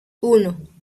uno